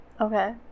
Okay